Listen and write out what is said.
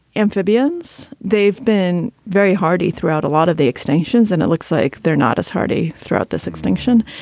amphibians. they've been very hardy throughout a lot of the extinctions and it looks like they're not as hardy throughout this extinction.